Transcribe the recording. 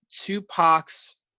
Tupac's